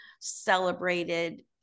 celebrated